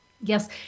Yes